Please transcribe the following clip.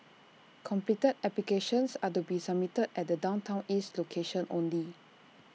completed applications are to be submitted at the downtown east location only